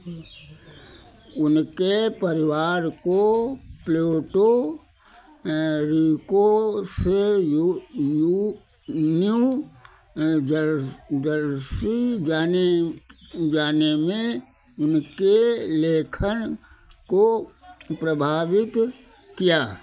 उनके परिवार को प्लूटो रिको से यू यू न्यू जर जर्सी जाने जाने में उनके लेखन को प्रभावित किया